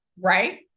Right